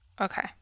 Okay